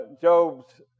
Job's